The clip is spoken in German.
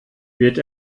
wird